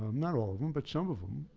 um not all of them, but some of them,